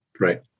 Right